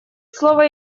слово